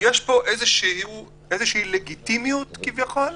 יש פה איזושהי לגיטימיות כביכול,